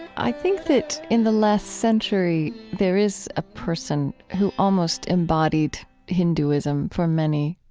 i think that in the last century there is a person who almost embodied hinduism for many,